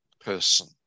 person